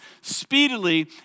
speedily